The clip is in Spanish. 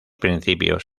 principios